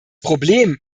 problem